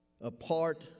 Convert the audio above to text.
apart